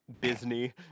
Disney